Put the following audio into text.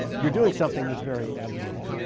you're doing something that's very abnormal.